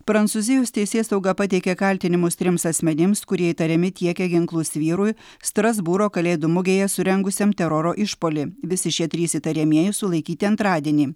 prancūzijos teisėsauga pateikė kaltinimus trims asmenims kurie įtariami tiekę ginklus vyrui strasbūro kalėdų mugėje surengusiam teroro išpuolį visi šie trys įtariamieji sulaikyti antradienį